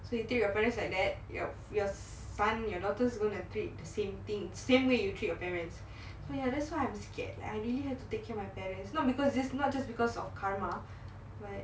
so you treat your parents like that your your son your daughters gonna treat same thing same way you treat your parents so ya that's why I'm scared I really had to take care of my parents not because it's not just because of karma